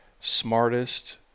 smartest